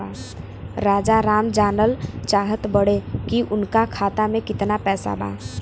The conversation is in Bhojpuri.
राजाराम जानल चाहत बड़े की उनका खाता में कितना पैसा बा?